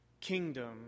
kingdom